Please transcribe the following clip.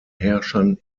herrschern